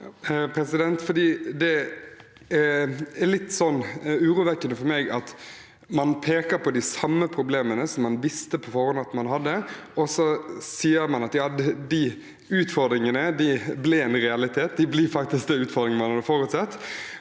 Det er litt urovek- kende for meg at man peker på de samme problemene man på forhånd visste at man hadde, og så sier man at de utfordringene ble en realitet. De ble faktisk de utfordringene man hadde forutsett,